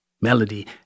Melody